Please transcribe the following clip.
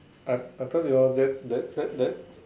I I thought your that that that